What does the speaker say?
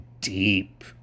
deep